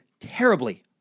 terribly